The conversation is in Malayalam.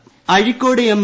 ഷാജി അഴിക്കോട് എം